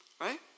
right